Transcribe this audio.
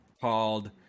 called